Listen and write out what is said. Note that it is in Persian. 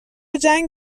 جنگ